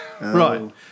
Right